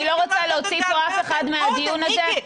אני לא רוצה להוציא פה אף אחד מהדיון הזה.